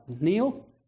Neil